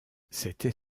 c’était